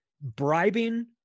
bribing